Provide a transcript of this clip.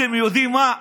אתם יודעים מה?